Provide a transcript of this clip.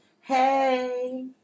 Hey